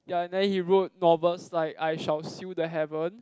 ya and then he wrote novels like I-shall-seal-the-heaven